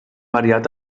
variat